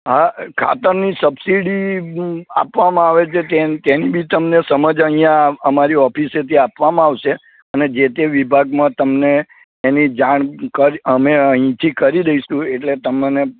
હા ખાતરની સબસિડી આપવામાં આવે છે તેન તેની બી તમને સમજ અહીંયા અમારી ઓફિસેથી આપવામાં આવશે અને જે તે વિભાગમાં તમને એની જાણ કરી અમે અહીંથી કરી દઈશું એટલે તમને